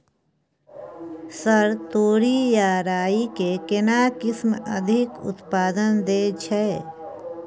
Sir तोरी आ राई के केना किस्म अधिक उत्पादन दैय छैय?